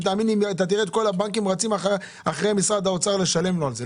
ותאמין לי אתה תראה את כל הבנקים רצים אחרי משרד האוצר לשלם לו על זה.